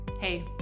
Hey